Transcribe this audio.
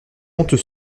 honteux